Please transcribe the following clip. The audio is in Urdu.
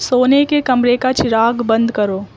سونے کے کمرے کا چراغ بند کرو